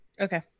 okay